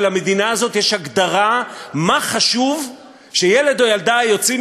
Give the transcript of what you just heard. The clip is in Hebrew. ולמדינה הזאת יש הגדרה מה חשוב שילד או ילדה שיוצאים